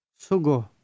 sugo